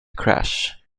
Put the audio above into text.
crash